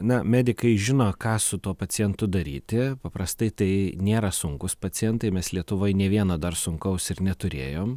na medikai žino ką su tuo pacientu daryti paprastai tai nėra sunkūs pacientai mes lietuvoj ne vieną dar sunkaus ir neturėjom